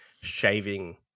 shaving